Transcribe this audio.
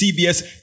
CBS